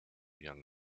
young